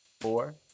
Four